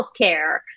healthcare